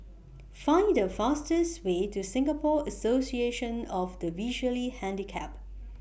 Find The fastest Way to Singapore Association of The Visually Handicapped